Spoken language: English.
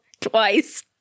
twice